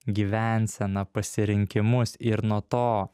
gyvenseną pasirinkimus ir nuo to